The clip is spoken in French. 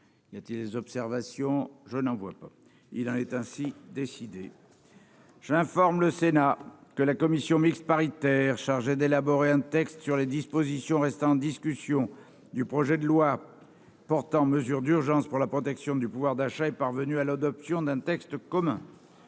y a-t-il des observations, je n'en vois pas, il en est ainsi décidé. J'informe le Sénat que la commission mixte paritaire chargée d'élaborer un texte sur les dispositions restant en discussion du projet de loi portant mesures d'urgence pour la protection du pouvoir d'achat est parvenu à l'adoption d'un texte commun.